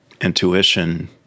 intuition